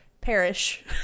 perish